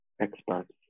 experts